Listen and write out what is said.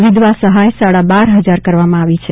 વિધવા સહાય સાડા બાર હજાર કરવામાં આવી છે